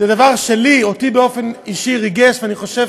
זה דבר שאותי באופן אישי ריגש, ואני חושב